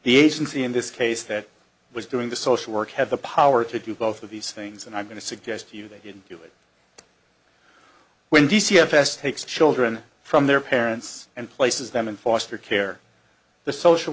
the agency in this case that was doing the social work had the power to do both of these things and i'm going to suggest to you they didn't do it when d c fs takes children from their parents and places them in foster care the social